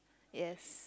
yes